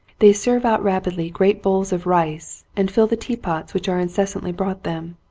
they serve out rapidly great bowls of rice and fill the teapots which are incessantly brought them.